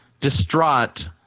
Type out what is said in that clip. Distraught